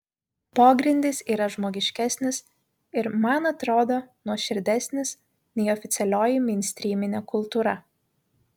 pogrindis yra žmogiškesnis ir man atrodo nuoširdesnis nei oficialioji mainstryminė kultūra